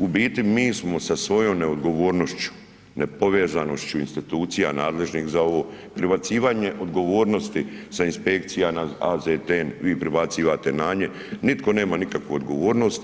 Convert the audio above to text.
U biti mi smo sa svojom neodgovornošu, nepovezanošću institucija nadležnih za ovo, pribacivanje odgovornosti sa inspekcija AZTN, vi prebacivate na nje, nitko nema nikakvu odgovornost,